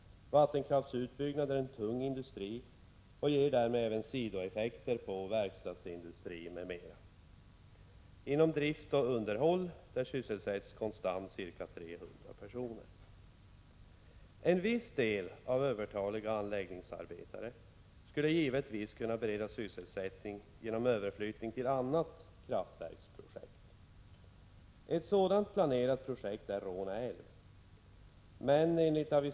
Vattenkraftsutbyggnad är en tung industri och ger därmed även sidoeffekter på verkstadsindustri m.m. Inom drift och underhåll sysselsätts konstant ca 300 personer. En viss del av övertaliga anläggningsarbetare skulle givetvis kunna beredas sysselsättning genom överflyttning till annat kraftverksprojekt. Ett sådant planerat projekt är utbyggnad av Råne älv.